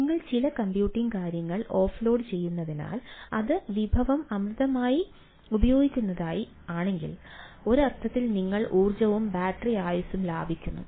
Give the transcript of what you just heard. നിങ്ങൾ ചില കമ്പ്യൂട്ടിംഗ് കാര്യങ്ങൾ ഓഫ്ലോഡ് ചെയ്യുന്നതിനാൽ അത് വിഭവം അമിതമായി ഉപയോഗിക്കുന്നവ ആണെങ്കിൽ ഒരർത്ഥത്തിൽ നിങ്ങൾ ഊർജ്ജവും ബാറ്ററി ആയുസ്സും ലാഭിക്കുന്നു